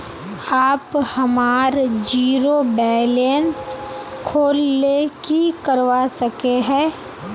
आप हमार zero balance खोल ले की करवा सके है?